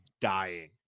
dying